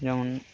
যেমন